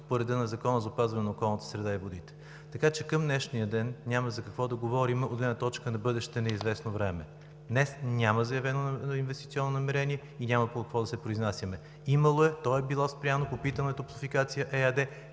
по реда на Закона за опазване на околната среда и водите. Така че към днешния ден няма за какво да говорим от гледна точка на бъдеще неизвестно време. Не, няма заявено инвестиционно намерение и няма по какво да се произнасяме. Имало е, то е било спряно. Попитана е „Топлофикация“ ЕАД,